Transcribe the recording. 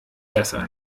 besser